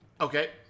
Okay